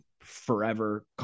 forever